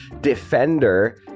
defender